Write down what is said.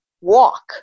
walk